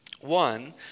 One